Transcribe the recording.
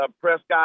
Prescott